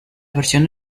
versión